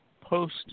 post